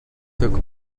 took